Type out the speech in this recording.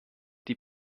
die